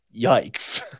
yikes